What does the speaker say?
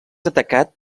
atacat